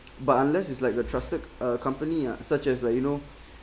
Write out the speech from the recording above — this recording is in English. but unless it's like a trusted uh company ah such as like you know